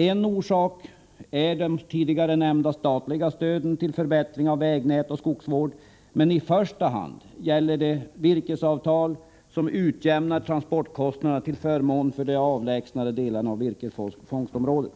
En orsak är de tidigare nämnda statliga stöden till förbättring av vägnätet och skogsvården, men i första hand är orsaken virkesavtal som utjämnar transportkostnaderna till förmån för de avlägsnare delarna av virkesfångstområdet.